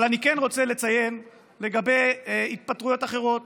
אבל אני כן רוצה לציין לגבי התפטרויות אחרות